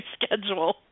schedule